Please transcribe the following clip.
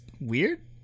weird